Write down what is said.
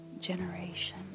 generation